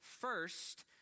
first